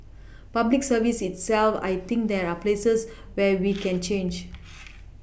public service itself I think there are places where we can change